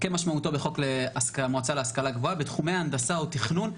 כמשמעותו בחוק למועצה להשכלה גבוהה בתחומי ההנדסה או התכנון,